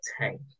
tank